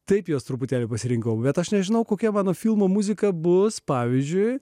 taip juos truputėlį pasirinkau bet aš nežinau kokia mano filmo muzika bus pavyzdžiui